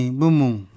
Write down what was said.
bumung